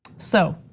so.